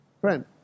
friend